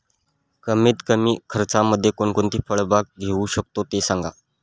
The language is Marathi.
कमीत कमी खर्चामध्ये कोणकोणती फळबाग घेऊ शकतो ते सांगा